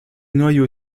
noyau